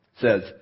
says